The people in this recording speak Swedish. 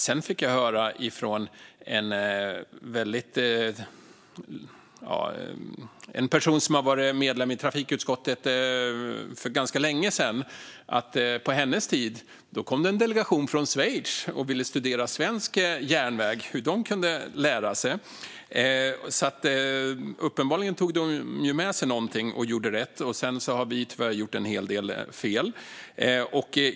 Sedan fick jag höra av en person som var medlem i trafikutskottet för ganska länge sedan att på hennes tid kom det en delegation från Schweiz och ville studera svensk järnväg och lära sig av oss. Uppenbarligen tog de med sig något och gjorde rätt, och sedan har vi tyvärr gjort en hel del fel.